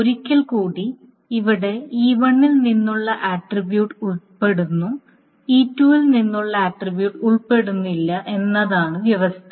ഒരിക്കൽ കൂടി ഇവിടെ E1 ൽ നിന്നുള്ള ആട്രിബ്യൂട്ട് ഉൾപ്പെടുന്നു E2 ൽ നിന്നുള്ള ആട്രിബ്യൂട്ട് ഉൾപ്പെടുന്നില്ല എന്നതാണ് വ്യവസ്ഥ